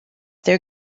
their